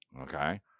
Okay